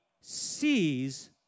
sees